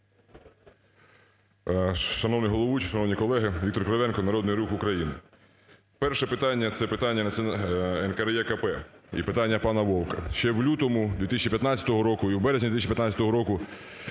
Шановний головуючий, шановні колеги! Віктор Кривенко, "Народний Рух України". Перше питання – це питання НКРЕКП і питання пана Вовка. Ще в лютому 2015 року і в березні 2015 року